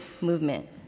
movement